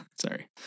Sorry